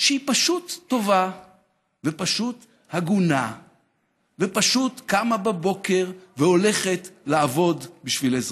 שהיא פשוט טובה ופשוט הגונה ופשוט קמה בבוקר והולכת לעבוד בשביל אזרחיה.